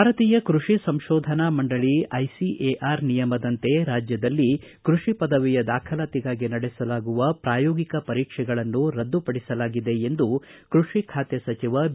ಭಾರತೀಯ ಕೃಷಿ ಸಂಶೋಧನಾ ಮಂಡಳಿ ಐಸಿಎಆರ್ ನಿಯಮದಂತೆ ರಾಜ್ಯದಲ್ಲಿ ಕೃಷಿ ಪದವಿಯ ದಾಖಲಾತಿಗೆ ನಡೆಸಲಾಗುವ ಪ್ರಾಯೋಗಿಕ ಪರೀಕ್ಷೆಗಳನ್ನು ರದ್ದುಪಡಿಸಲಾಗಿದೆ ಎಂದು ಕೃಷಿ ಖಾತೆ ಸಚಿವ ಬಿ